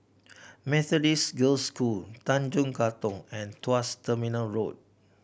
Methodist Girls' School Tanjong Katong and Tuas Terminal Road